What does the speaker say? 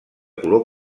color